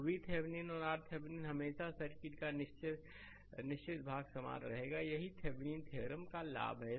तो VThevenin औरRThevenin हमेशा सर्किट का निश्चित भाग समान रहेगा यही थेविनीन थ्योरम का लाभ है